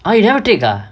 ah you never take ah